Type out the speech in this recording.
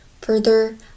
Further